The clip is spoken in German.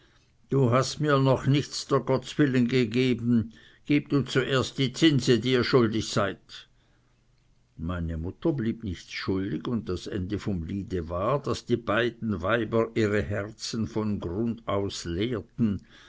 du hast mir noch nichts dr gottswillen gegeben gib du mir zuerst die zinse die ihr schuldig seid meine mutter blieb nichts schuldig und das ende vom liebe war daß die beiden weiber ihre herzen von grund aus